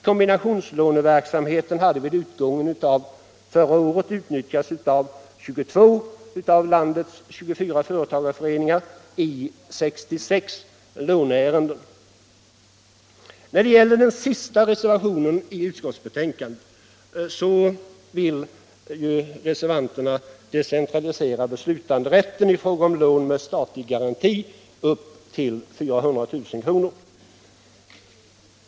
Kombinationslåneverksamheten hade vid utgången av förra året utnyttjats av 22 av landets 24 förtagareföreningar och i 66 låneärenden. I den sista reservationen till utskottsbetänkandet vill reservanterna decentralisera beslutanderätten i fråga om lån med statlig garanti upp till 400 000 kr.